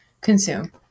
consume